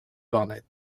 barnet